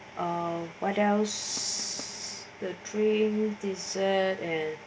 uh what else the drink dessert and